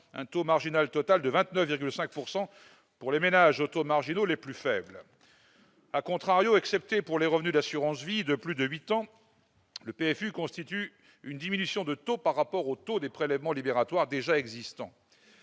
un taux marginal total de 29,5 % pour les ménages aux taux marginaux les plus faibles ..., excepté pour les revenus d'assurance vie de plus de huit ans, le PFU constitue une diminution de taux par rapport aux taux des prélèvements libératoires déjà existants.